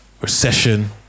recession